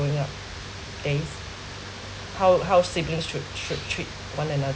up days how how siblings should should treat one